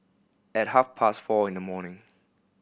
at half past four in the morning